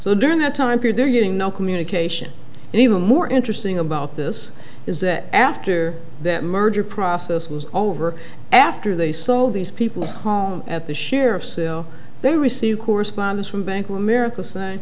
so during that time period they're getting no communication and even more interesting about this is that after that merger process was over after they saw all these people home at the sheriff's sale they received correspondence from bank of america say